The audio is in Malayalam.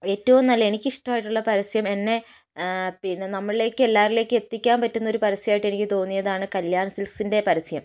ഏറ്റവും നല്ല എനിക്കിഷ്ടമായിട്ടുള്ള പരസ്യം എന്നെ പിന്നെ നമ്മളിലേക്ക് എല്ലാവരിലേക്കും എത്തിക്കാൻ പറ്റുന്നൊരു പരസ്യമായിട്ട് എനിക്ക് തോന്നിയതാണ് കല്യാൺ സിൽക്സിൻ്റെ പരസ്യം